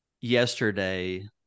yesterday